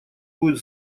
будет